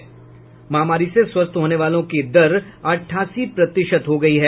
वहीं महामारी से स्वस्थ होने वाले की दर अठासी प्रतिशत हो गयी है